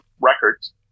records